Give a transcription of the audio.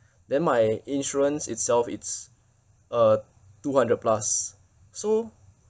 then my insurance itself it's uh two hundred plus so